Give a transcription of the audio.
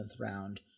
round